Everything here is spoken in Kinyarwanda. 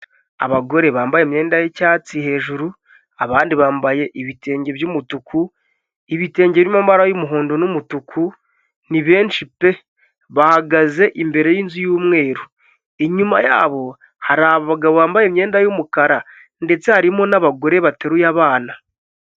Abagore bambaye imyenda y'icyatsi hejuru abandi bambaye ibitenge by'umutuku ibitenge birimo amabara y'umuhondo n'umutuku ni benshi pe bahagaze imbere y'inzu y'umweru inyuma yabo hari abagabo bambaye imyenda y'umukara ndetse harimo abagore bateruye abana.